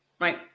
Right